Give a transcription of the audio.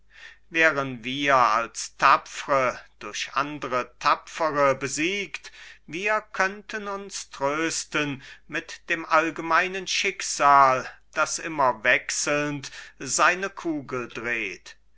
wären wir als tapfre durch andre tapfere besiegt wir könnten uns trösten mit dem allgemeinen schicksal das immer wechselnd seine kugel dreht